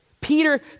Peter